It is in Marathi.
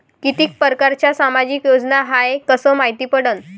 कितीक परकारच्या सामाजिक योजना हाय कस मायती पडन?